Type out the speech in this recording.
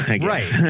Right